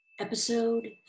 Episode